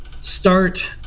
start